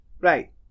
Right